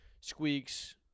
squeaks